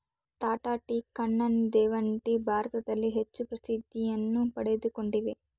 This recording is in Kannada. ಟಾಟಾ ಟೀ, ಕಣ್ಣನ್ ದೇವನ್ ಟೀ ಭಾರತದಲ್ಲಿ ಹೆಚ್ಚು ಪ್ರಸಿದ್ಧಿಯನ್ನು ಪಡಕೊಂಡಿವೆ